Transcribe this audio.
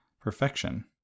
perfection